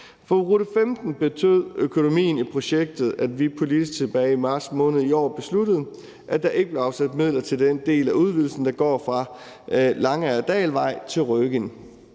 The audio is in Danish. For rute 15 betød økonomien i projektet, at vi politisk tilbage i marts måned i år besluttede, at der ikke blev afsat midler til den del af udvidelsen, der går fra Langerdalvej til Røgind.